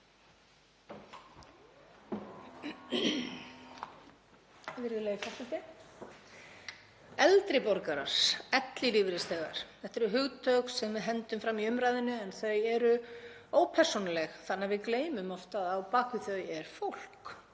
Eldri borgarar, ellilífeyrisþegar, þetta eru hugtök sem við hendum fram í umræðunni en þau eru ópersónuleg þannig að við gleymum oft að á bak við þau er fólk,